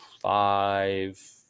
five